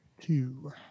two